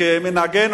כמנהגנו,